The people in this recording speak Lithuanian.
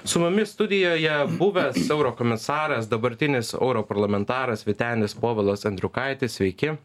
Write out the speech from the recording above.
su mumis studijoje buvęs eurokomisaras dabartinis europarlamentaras vytenis povilas andriukaitis sveiki